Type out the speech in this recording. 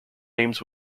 names